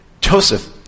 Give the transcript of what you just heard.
Joseph